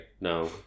no